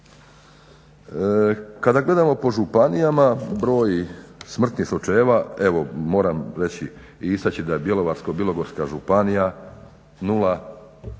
Kada gledamo po županijama broj smrtnih slučajeva evo moram reći i istaći da je Bjelovarsko-bilogorska županija,